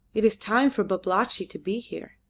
it is time for babalatchi to be here,